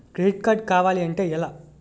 Credit card కావాలి అంటే ఎలా?